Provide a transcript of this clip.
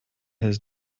his